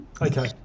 Okay